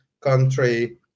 country